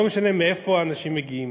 לא משנה מאיפה האנשים מגיעים.